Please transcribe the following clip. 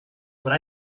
but